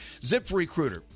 ZipRecruiter